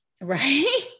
Right